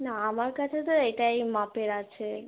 না আমার কাছে তো এটাই মাপের আছে